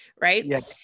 right